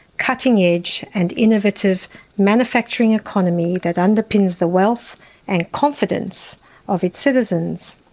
cutting-edge and innovative manufacturing economy that underpins the wealth and confidence of its citizens.